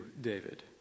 David